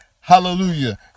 Hallelujah